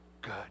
good